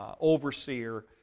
overseer